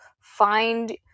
find